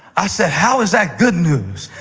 i said, how is that good news?